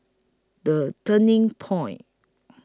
The Turning Point